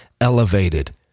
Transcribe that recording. elevated